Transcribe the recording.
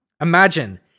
Imagine